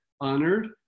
honored